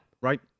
Right